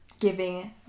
giving